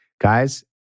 Guys